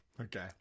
Okay